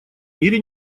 мире